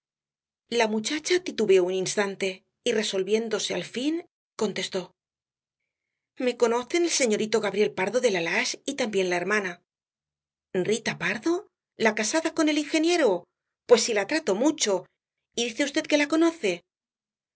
la muchacha titubeó un instante y resolviéndose al fin contestó me conocen el señorito gabriel pardo de la lage y también la hermana rita pardo la casada con el ingeniero pues si la trato mucho y dice v que la conoce